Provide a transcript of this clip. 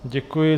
Děkuji.